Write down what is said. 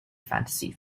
fantasy